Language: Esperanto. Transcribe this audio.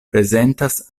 prezentas